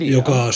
joka